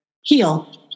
heal